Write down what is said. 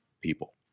people